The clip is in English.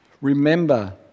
Remember